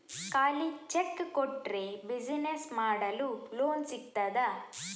ಖಾಲಿ ಚೆಕ್ ಕೊಟ್ರೆ ಬಿಸಿನೆಸ್ ಮಾಡಲು ಲೋನ್ ಸಿಗ್ತದಾ?